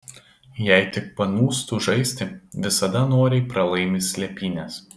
jei tik panūstu žaisti visada noriai pralaimi slėpynes